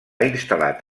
instal·lat